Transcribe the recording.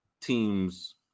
teams